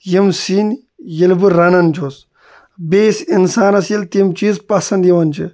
یِم سِنۍ ییٚلہِ بہٕ رَنان چھُس بیٚیِس اِنسانَس ییٚلہِ تِم چیٖز پسنٛد یِوان چھِ